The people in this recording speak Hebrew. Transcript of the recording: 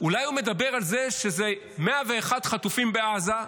אולי הוא מדבר על זה ש-101 חטופים בעזה,